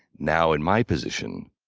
now in my position,